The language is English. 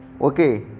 Okay